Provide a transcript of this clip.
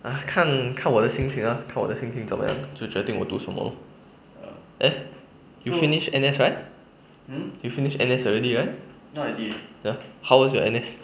ah 看看我的心情 ah 看我的心情这么样就决定我读什么 lor eh you finish N_S right you finish N_S already right ya how was your N_S